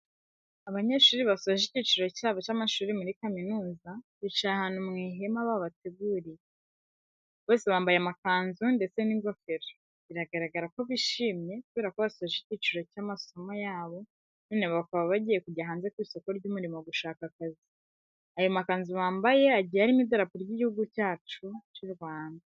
Abanyeshuri basoje ikiciro cyabo cy'amasomo muri kaminuza, bicaye ahantu mu ihema babateguriye. Bose bambaye amakanzu ndetse n'ingofero, biragaragara ko bishimye kubera ko basoje ikiciro cy'amasomo yabo none bakaba bagiye kujya hanze ku isoko ry'umurimo gushaka akazi. Ayo makanzu bambaye agiye arimo idarapo ry'igihugu cyacu cy'u Rwanda.